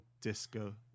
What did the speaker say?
Disco